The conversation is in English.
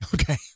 Okay